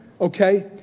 okay